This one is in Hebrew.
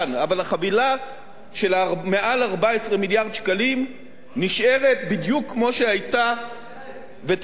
של מעל 14 מיליארד שקלים נשארת בדיוק כמו שהיתה ותישאר בדיוק כמו שהיתה.